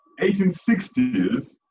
1860s